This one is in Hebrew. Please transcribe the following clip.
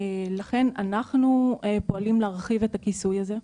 לכן, אנחנו פועלים להרחיב את הכיסוי הזה,